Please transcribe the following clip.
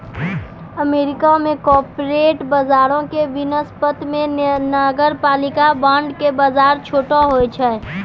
America मे corporate बजारो के वनिस्पत मे नगरपालिका बांड के बजार छोटो होय छै